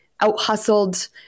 out-hustled